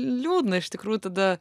liūdna iš tikrųjų tada